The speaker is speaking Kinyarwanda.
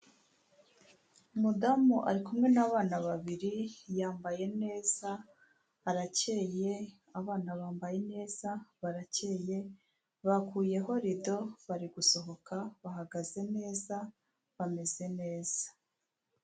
Umudamu ari kumwe n'abana babiri yambaye neza aracye, abana bambaye neza barakeye, bakuyeho rido bari gusohoka bahagaze neza bameze neza.